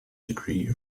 degree